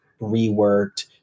reworked